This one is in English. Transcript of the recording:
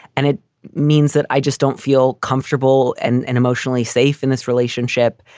and it means that i just don't feel comfortable and and emotionally safe in this relationship.